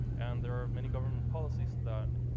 and there are many government policies that